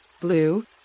blue